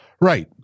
Right